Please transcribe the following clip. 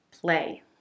play